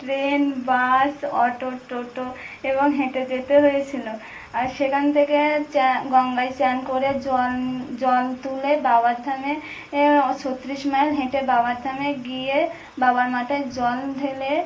train bus auto toto এবং হেঁটে যেতে হয়েছিলো আর সেখান থেকে চান গঙ্গায় চান করে জল জল তুলে বাবার ধামে ছত্রিশ মাইল হেঁটে বাবার ধামে গিয়ে বাবার মাটায় জল ঢেলে